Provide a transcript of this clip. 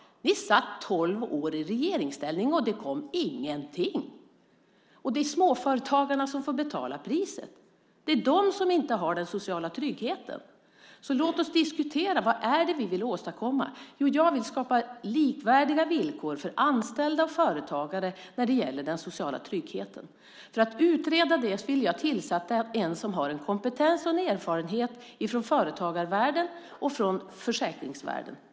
Ni satt tolv år i regeringsställning, och det kom ingenting. Det är småföretagarna som får betala priset. Det är de som inte har den sociala tryggheten. Låt oss därför diskutera vad det är som vi vill åstadkomma. Jag vill skapa likvärdiga villkor för anställda och företagare när det gäller den sociala tryggheten. För att utreda det ville jag tillsätta en person som har kompetens och erfarenhet från företagarvärlden och från försäkringsvärlden.